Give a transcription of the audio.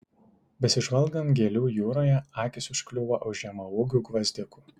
besižvalgant gėlių jūroje akys užkliūva už žemaūgių gvazdikų